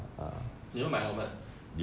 你有没有买 helmet